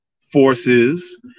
forces